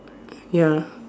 ya